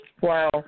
Wow